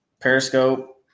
Periscope